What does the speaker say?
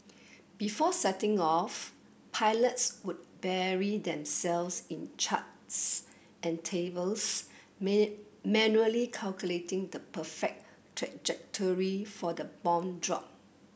before setting off pilots would bury themselves in charts and tables man manually calculating the perfect trajectory for the bomb drop